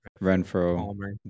Renfro